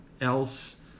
else